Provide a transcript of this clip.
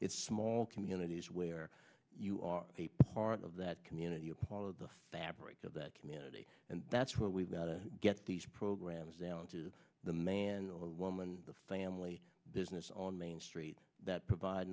it's small communities where you are a part of that community appollo the fabric of that community and that's what we've got to get these programs down to the man or woman the family business on main street that provide